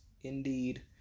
Indeed